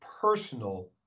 personal